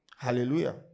Hallelujah